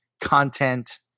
content